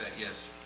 yes